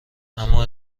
اما